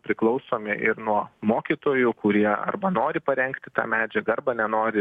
priklausomi ir nuo mokytojų kurie arba nori parengti tą medžiagą arba nenori